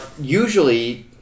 usually